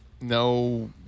no